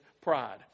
pride